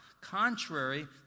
contrary